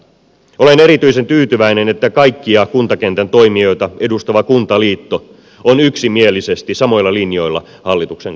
olen erityisen tyytyväinen että kaikkia kuntakentän toimijoita edustava kuntaliitto on yksimielisesti samoilla linjoilla hallituksen kanssa